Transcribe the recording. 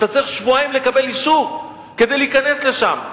אתה צריך שבועיים כדי לקבל אישור להיכנס לשם.